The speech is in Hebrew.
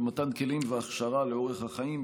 במתן כלים והכשרה לאורך החיים,